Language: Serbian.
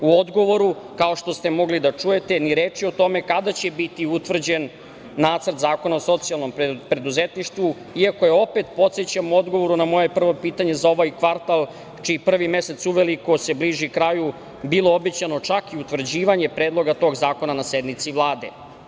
U odgovoru, kao što ste mogli da čujete, ni reči o tome kada će biti utvrđen nacrt zakona o socijalnom preduzetništvu, iako je, opet podsećam, u odgovoru na moje prvo pitanje za ovaj kvartal, čiji prvi mesec uveliko se bliži kraju, bilo obećano čak utvrđivanje predloga tog zakona na sednici Vlade.